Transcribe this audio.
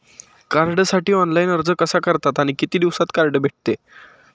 कार्डसाठी ऑनलाइन अर्ज कसा करतात आणि किती दिवसांत कार्ड भेटते?